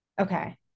Okay